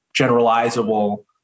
generalizable